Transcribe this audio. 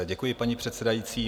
Děkuji, paní předsedající.